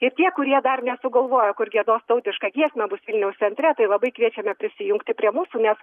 ir tie kurie dar nesugalvojo kur giedos tautišką giesmę bus vilniaus centre tai labai kviečiame prisijungti prie mūsų nes